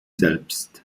selbst